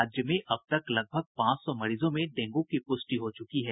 राज्यभर में अब तक लगभग पांच सौ मरीजों में डेंगू की पुष्टि हो चुकी है